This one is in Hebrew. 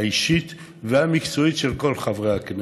האישית והמקצועית של כל חברי הכנסת.